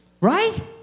Right